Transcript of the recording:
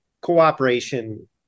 cooperation